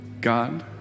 God